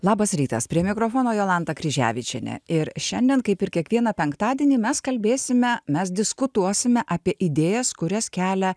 labas rytas prie mikrofono jolanta kryževičienė ir šiandien kaip ir kiekvieną penktadienį mes kalbėsime mes diskutuosime apie idėjas kurias kelia